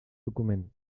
document